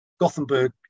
Gothenburg